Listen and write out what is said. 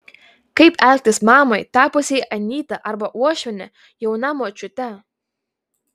kaip elgtis mamai tapusiai anyta arba uošviene jauna močiute